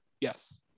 yes